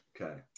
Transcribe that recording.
Okay